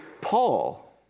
Paul